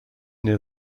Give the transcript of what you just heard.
near